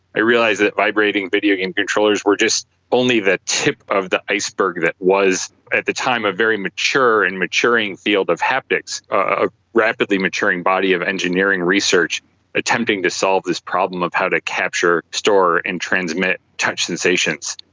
i realised that vibrating video game controllers were just only the tip of the iceberg that was at the time a very mature and maturing field of haptics, a rapidly maturing body of engineering research attempting to solve this problem of how to capture, store and transmit touch sensations.